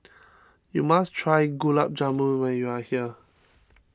you must try Gulab Jamun when you are here